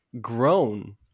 grown